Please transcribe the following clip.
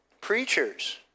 preachers